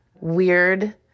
weird